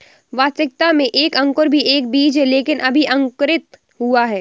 वास्तविकता में एक अंकुर भी एक बीज है लेकिन अभी अंकुरित हुआ है